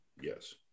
yes